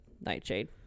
nightshade